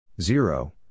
Zero